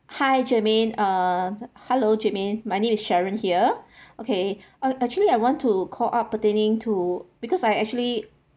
hi germaine uh hello germaine my name is sharon here okay I actually I want to call up pertaining to because I actually